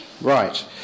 Right